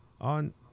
on